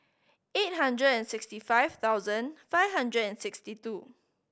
eight hundred and sixty five thousand five hundred and sixty two